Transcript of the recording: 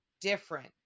different